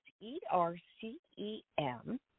E-R-C-E-M